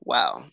Wow